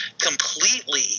completely